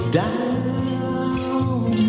down